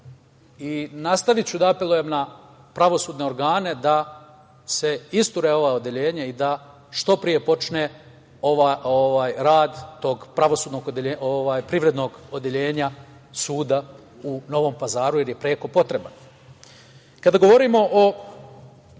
i nastaviću da apelujem na pravosudne organe da se isture ova odeljenja i da što pre počne rad tog privrednog odeljenja suda u Novom Pazaru, jer je preko potreban. Kada govorimo o